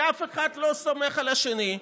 כי אף אחד לא סומך על השני,